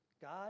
God